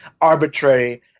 arbitrary